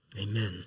amen